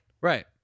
Right